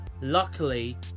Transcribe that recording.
Luckily